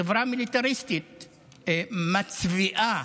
חברה מיליטריסטית מצביאה,